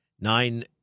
Nine